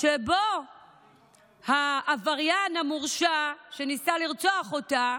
שבה העבריין המורשע שניסה לרצוח אותה,